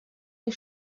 des